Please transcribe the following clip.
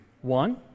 One